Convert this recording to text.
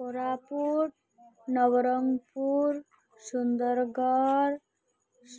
Koraput Nabarangpur Sundargarh